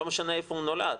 לא משנה איפה הוא נולד,